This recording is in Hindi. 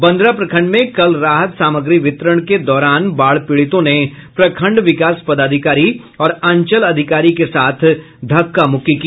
बंदरा प्रखंड में कल राहत सामग्री वितरण के दौरान बाढ़ पीड़ितों ने प्रखंड विकास पदाधिकारी और अंचल अधिकारी के साथ धक्का मुक्की की